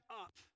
up